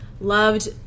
loved